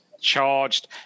charged